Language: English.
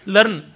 Learn